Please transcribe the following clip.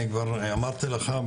אני כבר אמרתי לך,